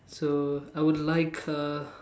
so I would like uh